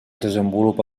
desenvolupa